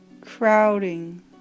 Crowding